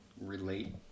relate